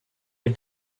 had